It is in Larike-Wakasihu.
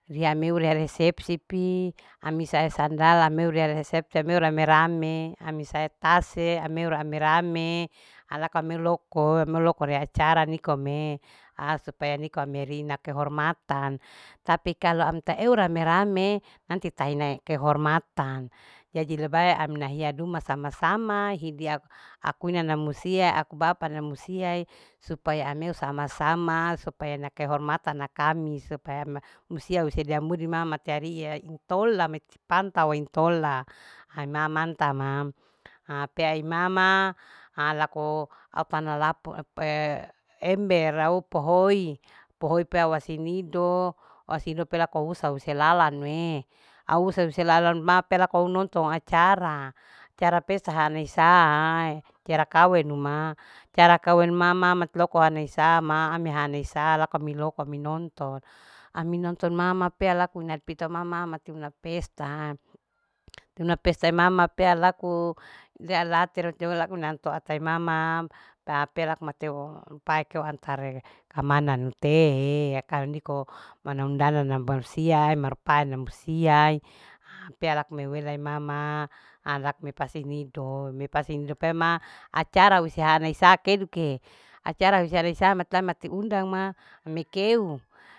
Ria ameu ria resepsi pi ami saisandala miu ria resepsi amiu rame. rame mi sae tase. ameu rame. rame alaka miu loko. miloki rea acara nikome ah supaya niko amerina kehormatan tapi kalau amita eu rame. rame nanti taine kehormatan jadi lebae aminahia duma sama. samai hidia akune nanamusia aku bapa namusiae supaya ameu sama. sama supaya na kehormatan na kami supaya musia husedia mudi mama cari iya intola meti pantawe intola haima manta mam ha pea ima ma ha lako au tana lapo ember rau upohoi. pohoi pea wasumido asido pe lakouse uae lalan au huse. use lalanue ause. use lala ma pea lakou nonton acara. acara pesta hane isaae acara kawen uma. acara kawen mama mat loko hane isa ama ame lane isaa iloko ami nonton ami nontonmama pea laku ina pito mama matuna pestaa una pesta imama pea laku dea late ola una toa pai mama tape laku mateo pae kio antar kamana nu tee kal niko mana undana na barsia mar pae nabarsia pe aku mei wei lai mamaa ajakmi pasinido mepasinido pe mam acara sihana isa keduke acara use au sama au sama te undang ma mikeu